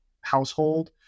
household